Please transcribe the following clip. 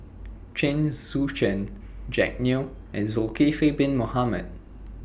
Chen Sucheng Jack Neo and Zulkifli Bin Mohamed